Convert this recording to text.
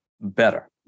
better